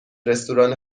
رستوران